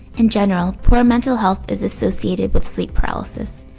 in general, poor mental health is associated with sleep paralysis.